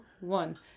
one